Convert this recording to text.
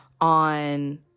on